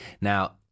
Now